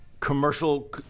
commercial